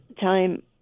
time